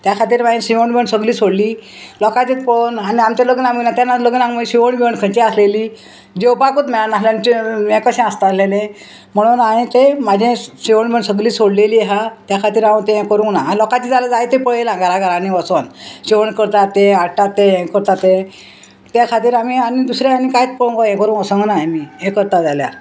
त्या खातीर मागीर शिंवण बिवण सगली सोडली लोकांचे पळोवन आनी आमचे लग्नांग तेन्ना लग्नांग शिवण बिवण खंयची आसलेली जेवपाकूच मेळनासल्यांचे हें कशें आसता आसलेलें म्हणून हांयें तें म्हाजें शिवण बिवण सगलीं सोडलेली आहा त्या खातीर हांव तें हें करूंक ना लोकांचें जाल्यार जायतें पळयलां घरा घरांनी वोसोन शिंवण करता तें हाडटा तें हें करता तें ते खातीर आमी आनी दुसरें आनी कांयत पळोवंक गो हें करूंक वसोंक ना आमी हें करता जाल्यार